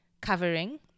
covering